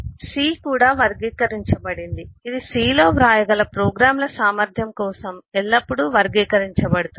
C కూడా వర్గీకరించబడింది ఇది C లో వ్రాయగల ప్రోగ్రామ్ల సామర్థ్యం కోసం ఎల్లప్పుడూ వర్గీకరించబడుతుంది